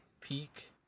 peak